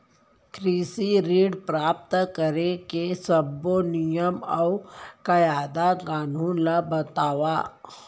कृषि ऋण प्राप्त करेके सब्बो नियम अऊ कायदे कानून ला बतावव?